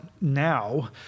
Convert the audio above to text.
now